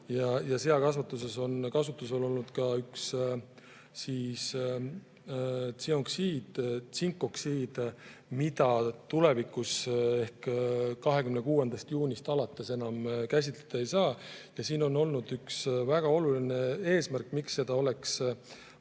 Seakasvatuses on kasutusel olnud ka üks tsinkoksiid, mida tulevikus ehk 26. juunist alates enam käsitleda ei saa. Siin on olnud üks väga oluline eesmärk, miks seda oleks